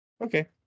Okay